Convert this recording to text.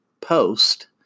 post